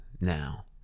now